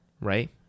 right